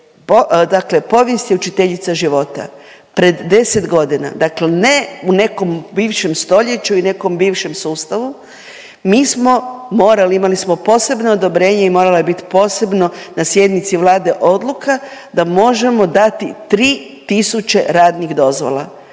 Dakle povijest je učiteljica života, pred 10 godina, dakle ne u nekom bivšem stoljeću i nekom bivšem sustavu mi smo morali, imali smo posebno odobrenje i morala je biti posebno na sjednici vlade odluka da možemo dati 3 tisuće radnih dozvola.